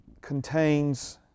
contains